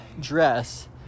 dress